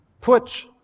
Put